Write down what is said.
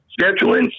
Scheduling